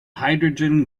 hydrogen